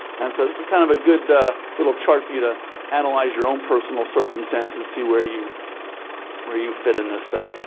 and so this is kind of a good little chart for you to analyze your own personal circumstances and see where you where you fit in this thing.